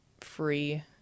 free